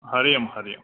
Hari Om Hari Om